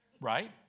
Right